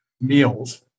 meals